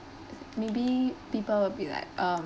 maybe people will be like um